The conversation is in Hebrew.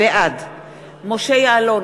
בעד משה יעלון,